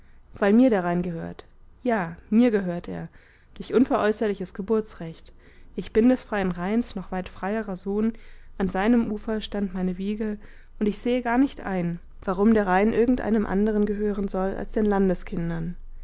weil mir der rhein gehört ja mir gehört er durch unveräußerliches geburtsrecht ich bin des freien rheins noch weit freierer sohn an seinem ufer stand meine wiege und ich sehe gar nicht ein warum der rhein irgendeinem andern gehören soll als den landeskindern